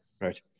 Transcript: right